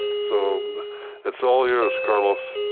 so it's all yours, carlos.